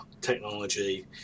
technology